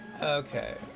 Okay